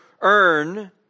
earn